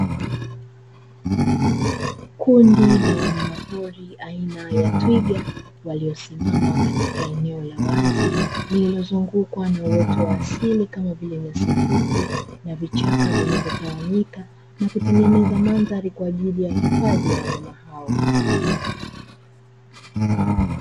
Kundi la wanyama pori aina ya twiga waliosimama katika eneo la wazi lilozungukwa na uoto wa asili kama vile nyasi fupi, na vichaka vilivyo tawanyika na kutengeneza madhari kwajili ya hifadhi ya wanyama hao.